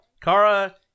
Kara